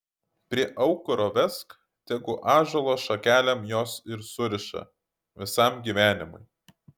prie aukuro vesk tegu ąžuolo šakelėm juos ir suriša visam gyvenimui